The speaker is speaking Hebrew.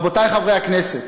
רבותי חברי הכנסת,